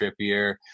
Trippier